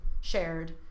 shared